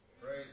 Praise